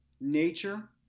Nature